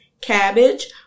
cabbage